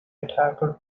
attacker